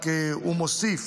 הוא מוסיף